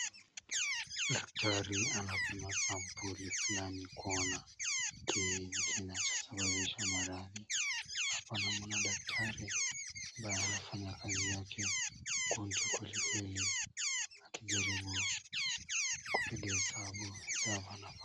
Daktari anapima sampuli fulani kuona kinachosababisha maradhi. Hapa naona daktari anafanya kazi yake kuchukua ile sampuli akijaribu kupiga hesabu ya hapa na pale.